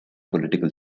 political